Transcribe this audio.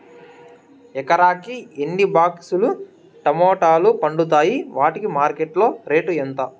ఎకరాకి ఎన్ని బాక్స్ లు టమోటాలు పండుతాయి వాటికి మార్కెట్లో రేటు ఎంత?